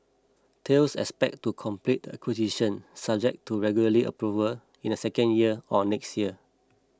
Thales expects to complete the acquisition subject to regulatory approval in the second year on next year